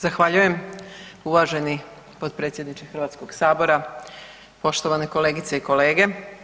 Zahvaljujem uvaženi potpredsjedniče Hrvatskog sabora, poštovane kolegice i kolege.